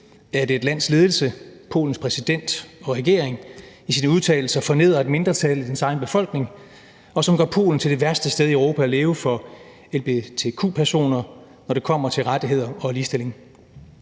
at et lands ledelse, Polens præsident og regering, i sine udtalelser fornedrer et mindretal i dets egen befolkning, og som gør Polen til det værste sted i Europa at leve for lgbtq-personer, når det kommer til rettigheder og ligestilling.